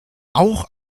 auch